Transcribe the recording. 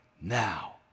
now